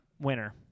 winner